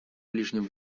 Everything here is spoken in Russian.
ближнем